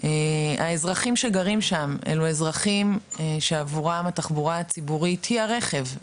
האזרחים שגרים שם אלו אזרחים שעבורם התחבורה הציבורית היא הרכב,